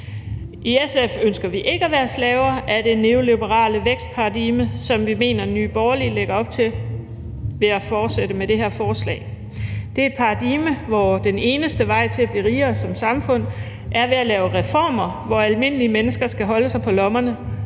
I SF ønsker vi ikke at være slaver af det neoliberale vækstparadigme, som vi mener Nye Borgerlige lægger op til, ved at fortsætte med det her forslag. Det er et paradigme, hvor den eneste vej til at blive rigere som samfund er ved at lave reformer, hvor almindelige mennesker skal holde sig på lommerne,